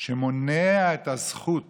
שאני יודע את זה חייבים לעשות את זה.